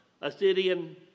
Assyrian